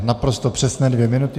Naprosto přesné dvě minuty.